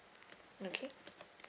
okay